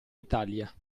italia